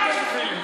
בדיוק.